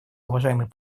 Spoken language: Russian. уважаемый